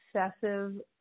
obsessive